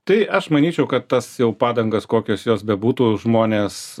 tai aš manyčiau kad tas jau padangas kokios jos bebūtų žmonės